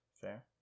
Fair